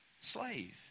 slave